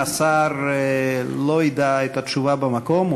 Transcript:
אם השר לא ידע את התשובה במקום,